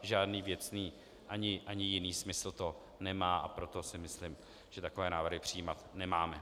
Žádný věcný ani jiný smysl to nemá, a proto si myslím, že takové návrhy přijímat nemáme.